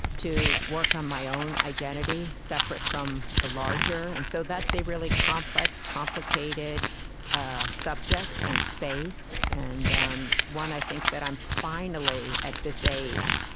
to work on my own identity separate from the larger. and so that's a really complex, complicated ah subject and space, and um one i think that i'm finally, at this age,